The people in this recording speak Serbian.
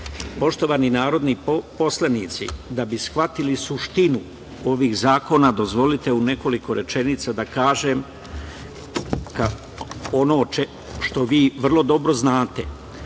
narodni poslanici, da bi shvatili suštinu ovih zakona, dozvolite u nekoliko rečenica da kažem ono što vi vrlo dobro znate,